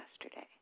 yesterday